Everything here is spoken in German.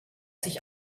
sich